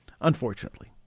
Unfortunately